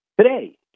Today